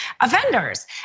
offenders